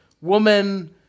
woman